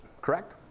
Correct